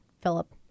Philip